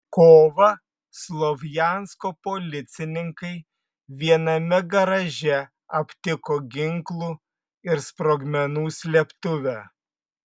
kovą slovjansko policininkai viename garaže aptiko ginklų ir sprogmenų slėptuvę